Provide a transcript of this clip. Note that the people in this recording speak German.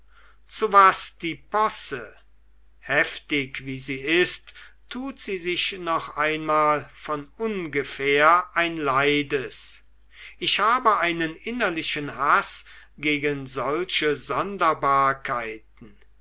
zu was diese posse heftig wie sie ist tut sie sich noch einmal von ungefähr ein leides ich habe einen innerlichen haß gegen solche